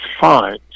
fine